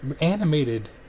animated